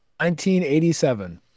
1987